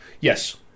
Yes